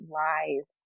lies